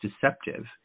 deceptive